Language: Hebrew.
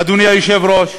אדוני היושב-ראש,